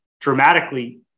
dramatically